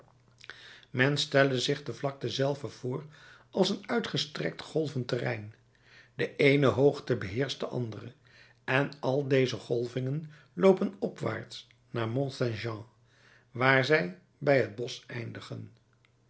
men stelle zich de vlakte zelve voor als een uitgestrekt golvend terrein de eene hoogte beheerscht de andere en al deze golvingen loopen opwaarts naar mont saint jean waar zij bij het bosch eindigen